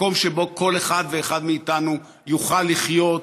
למקום שבו כל אחד ואחד מאיתנו יוכל לחיות,